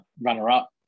runner-up